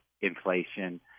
inflation